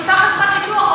את אותה חברת ביטוח,